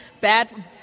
Bad